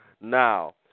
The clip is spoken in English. Now